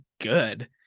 good